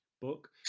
book